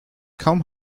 kaum